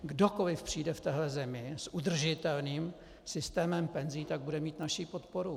Kdokoliv přijde v téhle zemi s udržitelným systémem penzí, tak bude mít naši podporu.